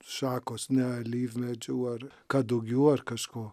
šakos ne alyvmedžių ar kadugių ar kažko